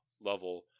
level